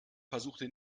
versuchte